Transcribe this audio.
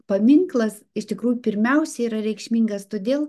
paminklas iš tikrųjų pirmiausia yra reikšmingas todėl